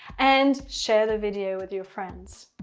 and share the video with your friends.